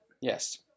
Yes